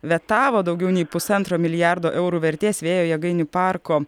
vetavo daugiau nei pusantro milijardo eurų vertės vėjo jėgainių parko